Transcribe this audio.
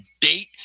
date